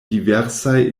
diversaj